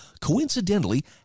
coincidentally